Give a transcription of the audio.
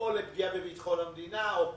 או לפגיעה בביטחון המדינה או פשע,